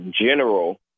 general